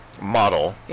model